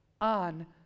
on